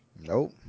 Nope